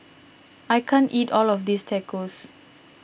I can't eat all of this Tacos